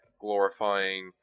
glorifying